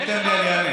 אם תיתן לי אני אענה.